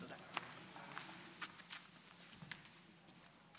אני מודה לכל מי שיזם את האירוע החשוב